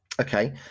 Okay